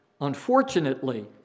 Unfortunately